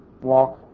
walk